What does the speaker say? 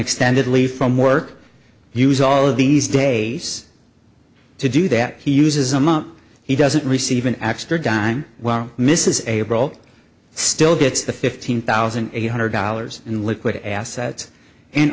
extended leave from work use all these days to do that he uses a month he doesn't receive an extra dime while mrs abel still gets the fifteen thousand eight hundred dollars in liquid assets and